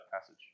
passage